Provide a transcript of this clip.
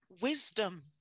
wisdom